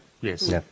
Yes